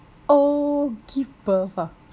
oh give birth ah